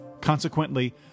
Consequently